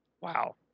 Wow